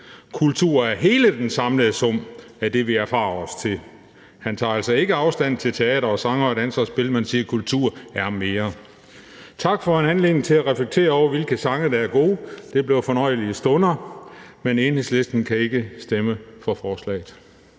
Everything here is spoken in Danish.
Kultur er hele den samlede sum/ af det, vi erfarer os til.« Han tager altså ikke afstand fra teater og sange og danse og spil, men siger, at kultur er mere. Tak for en anledning til reflektere over, hvilke sange der er gode, det blev fornøjelige stunder, men Enhedslisten kan ikke stemme for forslaget.